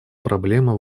проблема